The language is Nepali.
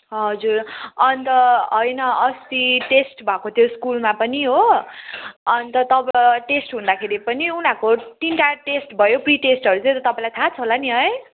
हजुर अन्त होइन अस्ति टेस्ट भएको थियो स्कुलमा पनि हो अन्त तपा टेस्ट हुँदाखेरि पनि उनीहरूको तिनवटा टेस्ट भयो प्रिटेस्टहरू चाहिँ तपाईँलाई थाहा छ होला नि है